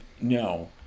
no